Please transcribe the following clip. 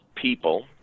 people